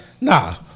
Nah